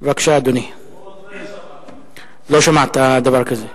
לא שמעתי על דבר כזה.